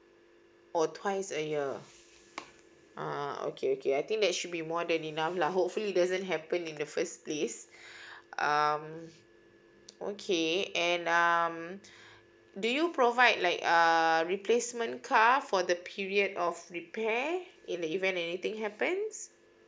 oh twice a year uh okay okay I think that should be more than enough lah hopefully doesn't happen in the first place um okay and um do you provide like err replacement car for the period of repair in the event anything happens